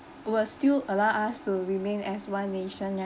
will still allow us to remain as one nation